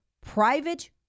private